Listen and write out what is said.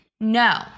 No